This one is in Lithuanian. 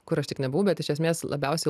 kur aš tik nebuvau bet iš esmės labiausiai